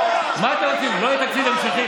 מה אתם רוצים, שלא יהיה תקציב ממשלתי?